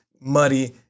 muddy